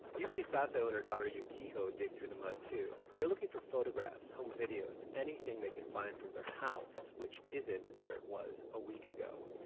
yuki satoh and her daughter yukiho dig through the mud, too. they're looking for photographs, home videos, anything they can find from their house, which isn't where it was a week ago